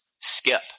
skip